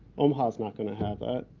omaha is not going to have that.